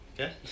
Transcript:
Okay